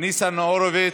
ניצן הורוביץ,